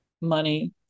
money